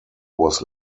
was